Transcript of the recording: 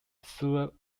through